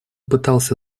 пытался